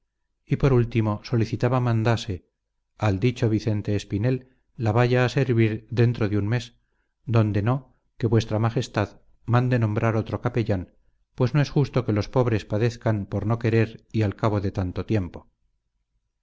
y por último solicitaba mandase al dicho uiente espinel la baya a seruir dentro de vn mes donde no que v mag d mande nombrar otro capellán pues no es justo que los pobres padezcan por no querer y a cabo de tanto tiempo